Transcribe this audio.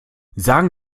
sagen